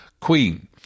Queen